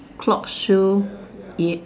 clock shoe it